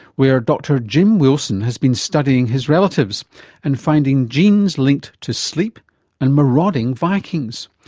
where dr jim wilson has been studying his relatives and finding genes linked to sleep and marauding vikings.